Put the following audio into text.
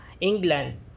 England